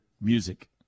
music